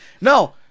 No